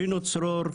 רינו צרור,